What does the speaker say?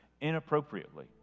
inappropriately